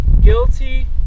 guilty